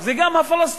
זה גם הפלסטינים.